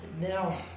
now